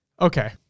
Okay